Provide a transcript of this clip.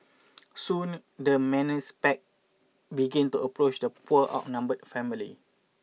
soon the menace pack begin to approach the poor outnumbered family